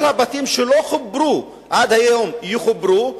כל הבתים שלא חוברו עד היום יחוברו,